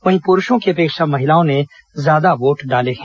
वहीं पुरूषों की अपेक्षा महिलाओं ने ज्यादा वोट डाले हैं